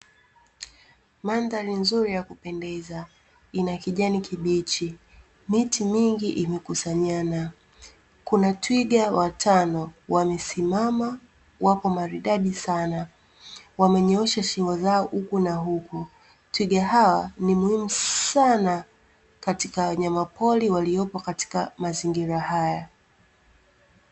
Mandhari nzuri ya kupendeza, ina kijani kibichi. Miti mingi imekusanyana. Kuna twiga watano wamesimama wapo maridadi sana, wamenyoosha shingo zao huku na huku. Twiga hawa ni muhimu sana katika wanyamapori waliopo katika mazingira haya.